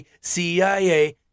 CIA